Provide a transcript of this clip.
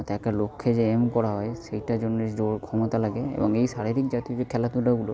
তাকে লক্ষ্যে যে এম করা হয় সেটার জন্য জোর ক্ষমতা লাগে এবং এই শারীরিক জাতীয় যে খেলাধুলোগুলো